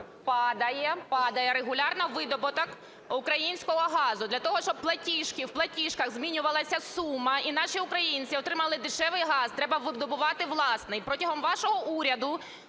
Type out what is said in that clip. падає регулярно видобуток українського газу. Для того, щоб в платіжках змінювалася сума і наші українці отримали дешевий газ, треба видобувати власний.